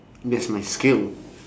that's my skill